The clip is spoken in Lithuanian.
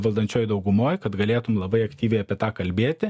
valdančiojoj daugumoj kad galėtum labai aktyviai apie tą kalbėti